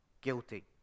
guilty